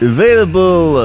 Available